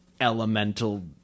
elemental